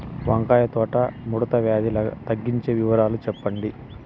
వంకాయ తోట ముడత వ్యాధి తగ్గించేకి వివరాలు చెప్పండి?